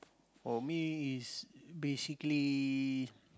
for me it's basically